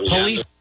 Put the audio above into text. police